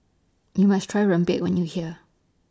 YOU must Try Rempeyek when YOU here